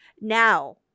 Now